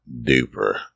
duper